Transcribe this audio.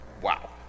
wow